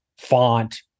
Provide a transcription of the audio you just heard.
Font